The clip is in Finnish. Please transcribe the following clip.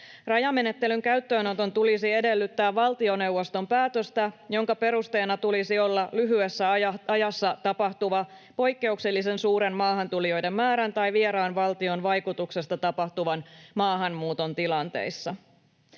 Rajamenettelyn käyttöönoton tulisi edellyttää valtioneuvoston päätöstä, jonka perusteena tulisi olla lyhyessä ajassa tapahtuva poikkeuksellisen suuri maahantulijoiden määrä tai vieraan valtion vaikutuksesta tapahtuva maahanmuuton tilanne.